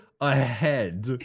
ahead